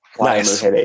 Nice